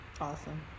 Awesome